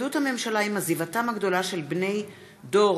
התמודדות הממשלה עם עזיבתם הגדולה של בני "דור